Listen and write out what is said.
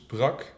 Brak